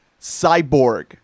Cyborg